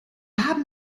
haben